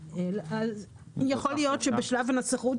יכול להיות שבשלב הנסחות